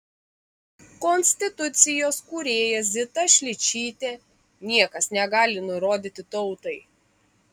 konstitucijos kūrėja zita šličytė niekas negali nurodyti tautai